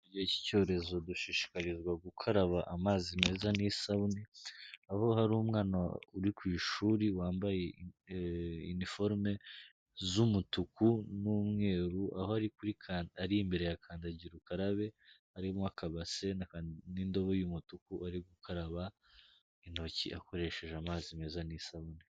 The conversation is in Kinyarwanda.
Iki cyorezo dushishikarizwa gukaraba amazi meza n'isabune, aho hari umwana uri ku ishuri wambaye uniforume z'umutuku n'umweru, aho ari kuri ka, ari imbere ya kandagira ukarabe, harimo akabase, n'indobo y'umutuku, ari gukaraba intoki, akoresheje amazi meza n'isabune.